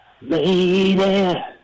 Lady